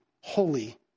holy